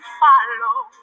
follow